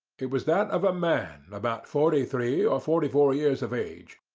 it was that of a man about forty-three or forty-four years of age,